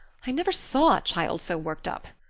i never saw a child so worked up.